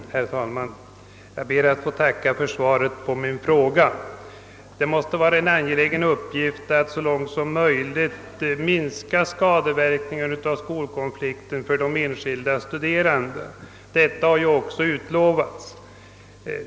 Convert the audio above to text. Herr talman! Jag ber att få tacka för svaret på min fråga. Det måste vara angeläget att så långt möjligt minska skolkonfliktens skadeverkningar för de enskilda studerande. Detta har ju också tidigare utlovats.